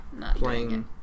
Playing